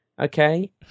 Okay